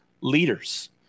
leaders